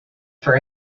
for